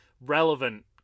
relevant